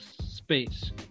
space